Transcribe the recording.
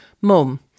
mum